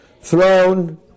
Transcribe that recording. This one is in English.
throne